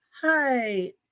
Hi